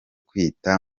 kwita